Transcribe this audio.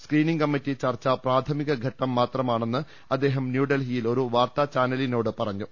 screening committee ചർച്ച പ്രാഥമിക ഘട്ടംമാത്രമാണെന്ന് അദ്ദേഹം ഒരു വാർത്താ ചാനലിനോട് പറഞ്ഞു